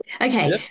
okay